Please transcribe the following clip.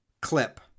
clip